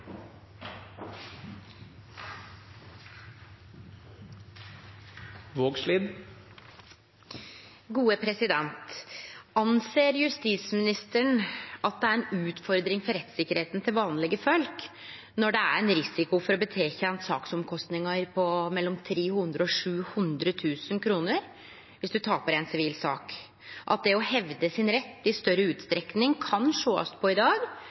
til vanlege folk når det er risiko for å bli tilkjent sakskostnader på mellom 300 000 og 700 000 kr om ein taper ei sivil sak, og at det å hevde sin rett i dag i stor grad kan bli sett på